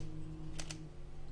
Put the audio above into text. הצבעה אושר.